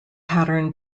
pattern